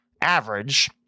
average